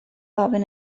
ofyn